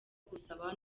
gusaba